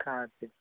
Karthik